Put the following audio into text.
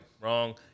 wrong